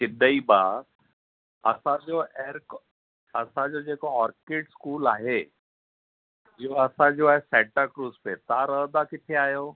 सिदईबा असांजो जेको Orchid school आहे जो असांजो आहे सेंटा क्रुज़ में तव्हां रहंदा किथे आहियो